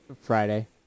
Friday